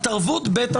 גלעד.